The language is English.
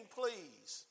please